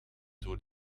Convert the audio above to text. door